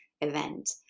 event